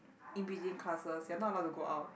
in between classes you're not allowed to go out